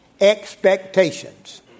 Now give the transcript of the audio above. expectations